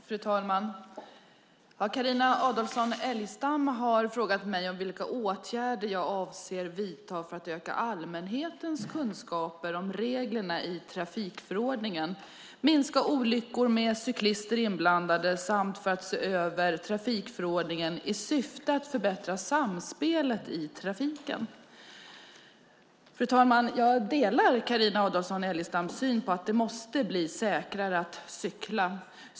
Fru talman! Carina Adolfsson Elgestam har frågat mig om vilka åtgärder jag avser att vidta för att öka allmänhetens kunskaper om reglerna i trafikförordningen, minska olyckor med cyklister inblandade samt för att se över trafikförordningen i syfte att förbättra samspelet i trafiken. Fru talman! Jag delar Carina Adolfsson Elgestam syn att det måste bli säkrare att cykla.